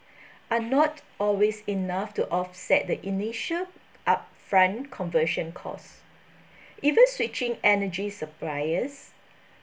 are not always enough to offset the initial upfront conversion cost even switching energy suppliers